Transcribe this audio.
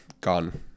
gone